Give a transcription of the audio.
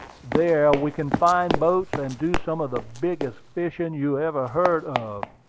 there we can find boats, and do some of the biggest fishing you ever heard of,